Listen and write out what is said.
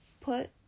put